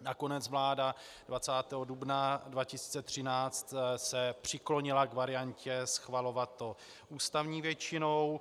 Nakonec se vláda 20. dubna 2013 přiklonila k variantě schvalovat to ústavní většinou.